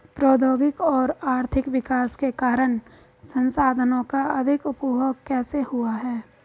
प्रौद्योगिक और आर्थिक विकास के कारण संसाधानों का अधिक उपभोग कैसे हुआ है?